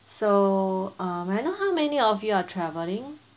so um may I know how many of you are travelling